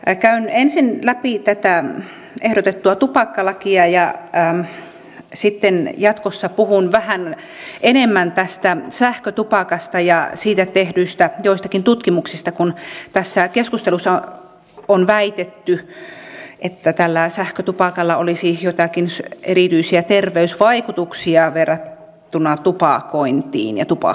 käyn ensin läpi tätä ehdotettua tupakkalakia ja sitten jatkossa puhun vähän enemmän tästä sähkötupakasta ja siitä tehdyistä joistakin tutkimuksista kun tässä keskustelussa on väitetty että tällä sähkötupakalla olisi joitakin erityisiä terveysvaikutuksia verrattuna tupakointiin ja tupakkaan